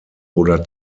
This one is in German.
oder